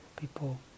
people